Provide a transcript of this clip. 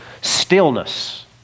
Stillness